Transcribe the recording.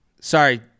sorry